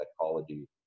psychology